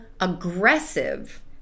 aggressive